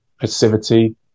passivity